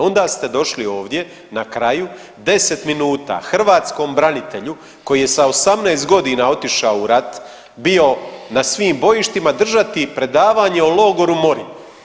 Onda ste došli ovdje na kraju 10 minuta hrvatskom branitelju koji je sa 18 godina otišao u rat, bio na svim bojištima držati predavanje o logoru Morin.